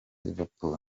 liverpool